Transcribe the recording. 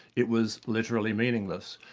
it was literally meaningless.